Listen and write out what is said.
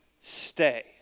stay